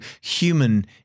human